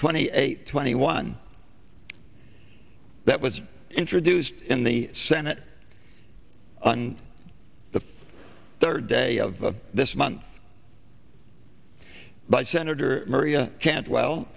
twenty eight twenty one that was introduced in the senate on the third day of this month by senator maria